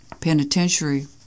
Penitentiary